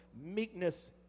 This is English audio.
meekness